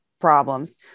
problems